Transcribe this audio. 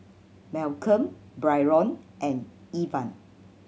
Malcolm Byron and Evan